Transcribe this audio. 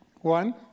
One